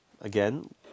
again